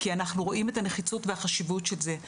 כי אנחנו רואים את הנחיצות והחשיבות של זה,